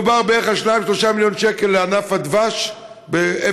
מדובר בערך על 2 3 מיליון שקל לענף הדבש ב-2017,